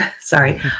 sorry